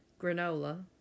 granola